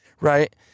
right